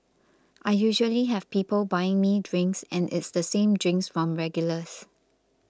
I usually have people buying me drinks and it's the same drinks from regulars